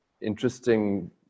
interesting